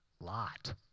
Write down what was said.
lot